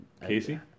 Casey